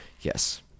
Yes